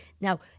now